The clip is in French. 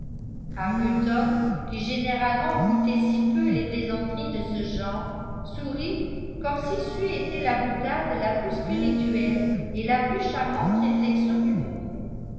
arbuton qui généralement goûtait si peu les plaisanteries de ce genre sourit comme si c'eût été la boutade la plus spirituelle et la plus charmante réflexion du monde